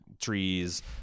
trees